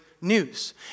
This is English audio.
news